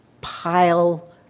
pile